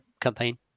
campaign